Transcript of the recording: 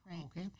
Okay